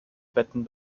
betten